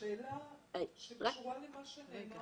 שאלה שקשורה למה שנאמר פה.